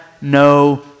no